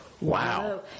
Wow